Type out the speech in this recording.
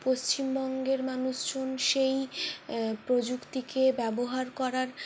পশ্চিমবঙ্গের মানুষজন সেই প্রযুক্তিকে ব্যবহার করার